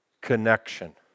Connection